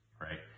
right